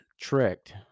tricked